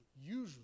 usually